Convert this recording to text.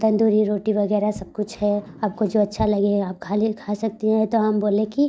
तंदूरी रोटी वगैरह सब कुछ है आपको जो अच्छा लगे आप खा लिए खा सकती हैं तो हम बोले कि